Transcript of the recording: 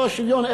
לא בשם השוויון,